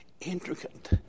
intricate